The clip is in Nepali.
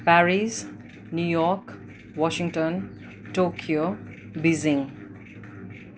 Paris New York Washington Tokyo Beijing